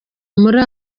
muri